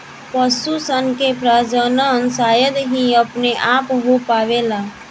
पशु सन के प्रजनन शायद ही अपने आप हो पावेला